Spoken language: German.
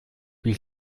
wie